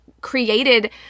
created